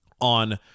on